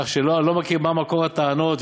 כך שאני לא ידוע מה מקור הטענות.